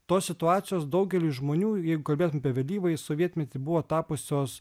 tos situacijos daugeliui žmonių jeigu kalbėtum apie vėlyvąjį sovietmetį buvo tapusios